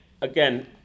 again